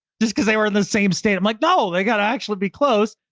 just cause they were in the same state. i'm like, no, they got to actually be close.